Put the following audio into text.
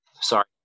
sorry